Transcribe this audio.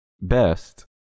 best